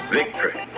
victory